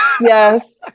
Yes